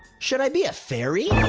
should i be a fairy?